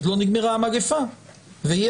עוד לא נגמרה המגפה ואי-אפשר,